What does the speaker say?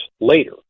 later